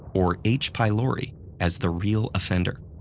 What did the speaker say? or h. pylori, as the real offender.